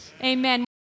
Amen